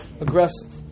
aggressive